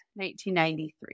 1993